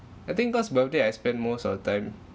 I think cause birthday I spend most of the time